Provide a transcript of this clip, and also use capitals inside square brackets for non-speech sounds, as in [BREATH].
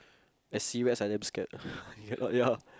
I see rats I damn scared [BREATH] ya